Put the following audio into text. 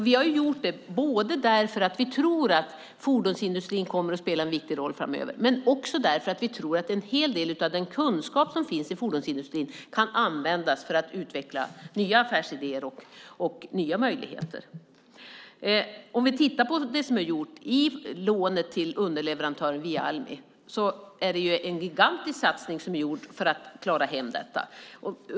Vi har gjort detta därför att vi tror att fordonsindustrin kommer att spela en viktig roll framöver, men också därför att vi tror att en hel del av den kunskap som finns i fordonsindustrin kan användas för att utveckla nya affärsidéer och nya möjligheter. Det som är gjort via Almi i lånet till underleverantören är en gigantisk satsning för att klara hem detta.